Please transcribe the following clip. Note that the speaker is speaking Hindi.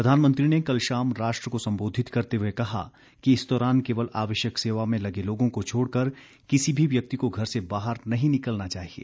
प्रधानमंत्री ने कल शाम राष्ट्र को संबोधित करते हुए कहा कि इस दौरान केवल आवश्यक सेवा में लगे लोगों को छोड़कर किसी भी व्यक्ति को घर से बाहर नहीं निकलना चाहिए